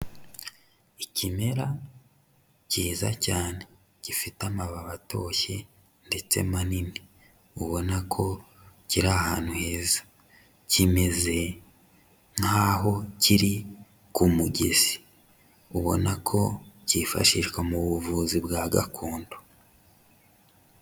Ikimera cyiza cyane, gifite amababi atoshye ndetse manini, ubona ko kiri ahantu heza, kimeze nkaho kiri ku mugezi, ubona ko cyifashishwa mu buvuzi bwa gakondo.